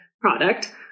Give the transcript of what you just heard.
product